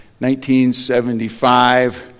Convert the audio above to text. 1975